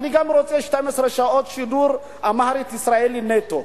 גם אני רוצה 12 שעות שידור אמהרית ישראלי נטו.